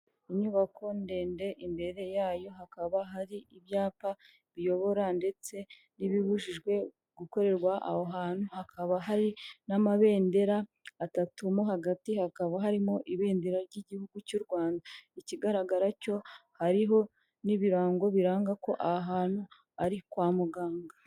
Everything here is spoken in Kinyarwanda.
Inyubako ndende imbere yayo hakaba hari ibyapa biyobora ndetse n'ibibujijwe gukorerwa aho hantu, hakaba hari n'amabendera atatu mo hagati hakaba harimo ibendera ry'igihugu cy'u Rwanda. Ikigaragara cyo hariho n'ibirango biranga ko aha hantu ari kwa muganga.